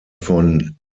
von